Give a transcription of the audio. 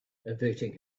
averting